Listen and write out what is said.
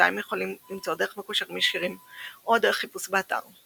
אותם הם יכולים למצוא דרך מקושרים ישירים או דרך חיפוש באתר.